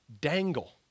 dangle